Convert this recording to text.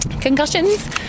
concussions